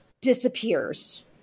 disappears